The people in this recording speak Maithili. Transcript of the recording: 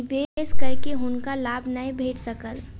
निवेश कय के हुनका लाभ नै भेट सकल